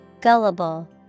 Gullible